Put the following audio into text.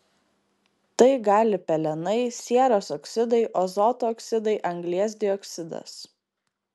tai gali pelenai sieros oksidai azoto oksidai anglies dioksidas